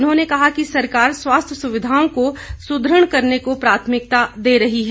उन्होंने कहा कि सरकार स्वास्थ्य सुविधाओं को सुदृढ़ करने को प्राथमिकता दे रही है